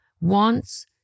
wants